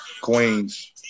Queens